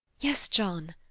yes, john!